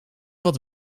wat